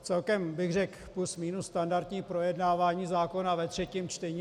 Celkem bych řekl plus minus standardní projednávání zákona ve třetím čtení.